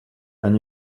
and